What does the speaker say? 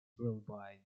worldwide